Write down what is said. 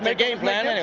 and game plan.